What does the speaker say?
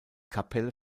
kapelle